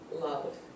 love